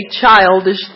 childish